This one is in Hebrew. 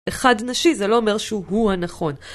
אחד נשי זה לא אומר שהוא הנכון.